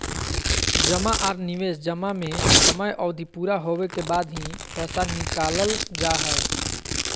जमा आर निवेश जमा में समय अवधि पूरा होबे के बाद ही पैसा निकालल जा हय